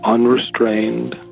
Unrestrained